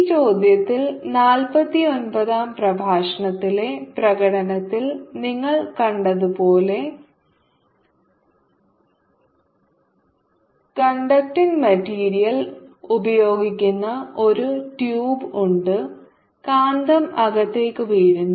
ഈ ചോദ്യത്തിൽ നാൽപത്തിയൊമ്പത് പ്രഭാഷണത്തിലെ പ്രകടനത്തിൽ നിങ്ങൾ കണ്ടതുപോലെ കോണ്ടക്ടറിംഗ് മെറ്റീരിയൽ ഉപയോഗിക്കുന്ന ഒരു ട്യൂബ് ഉണ്ട് കാന്തം അകത്തേക്ക് വീഴുന്നു